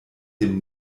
dem